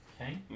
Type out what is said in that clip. Okay